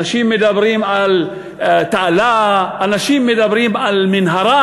אנשים מדברים על תעלה, אנשים מדברים על מנהרה,